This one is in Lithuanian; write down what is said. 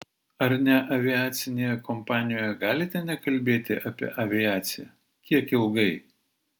ar neaviacinėje kompanijoje galite nekalbėti apie aviaciją kiek ilgai